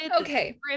Okay